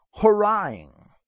hurrying